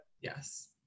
yes